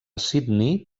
sydney